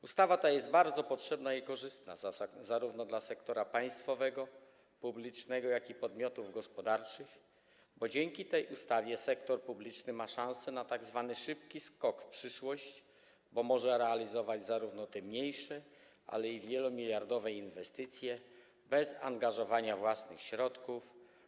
Ustawa ta jest bardzo potrzebna i korzystna, zarówno dla sektora państwowego, publicznego, jak i podmiotów gospodarczych, bo dzięki tej ustawie sektor publiczny ma szansę na tzw. szybki skok w przyszłość, bo może realizować zarówno te mniejsze, jak i wielomiliardowe inwestycje bez angażowania własnych środków.